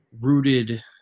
rooted